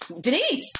Denise